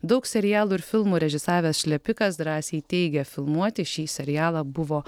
daug serialų ir filmų režisavęs šlepikas drąsiai teigia filmuoti šį serialą buvo